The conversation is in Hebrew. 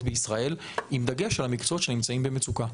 בישראל עם דגש על המקצועות שנמצאים במצוקה.